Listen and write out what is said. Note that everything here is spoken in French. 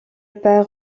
père